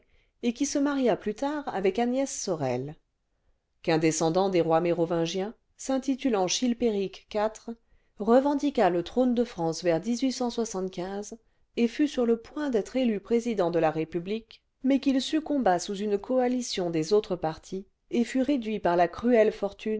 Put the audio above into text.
et qui se maria plus tard avec agnès sorel qu'un descendant des rois mérovingiens s'intitulant chilpéric iv revendiqua le trône de france vers et fut sur le point d'être élu président de la république mais qu'il succomba sous une coalition des autres partis et fut réduit par la cruelle fortune